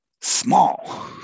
small